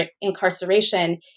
incarceration